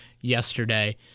yesterday